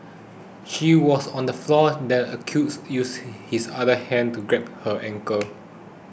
she was on the floor the accused used his other hand to grab her ankle